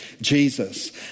Jesus